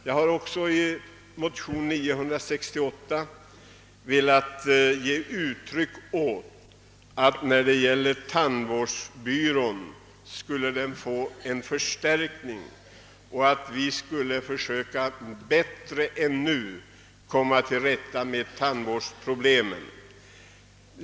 Jag har också i motionen 968 velat ge uttryck åt min uppfattning att tandvårdsbyrån bör få en förstärkning så att vi bättre än nu kan komma till rätta med tandvårdsproblemen.